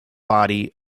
body